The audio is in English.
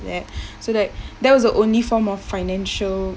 that so that that was the only form of financial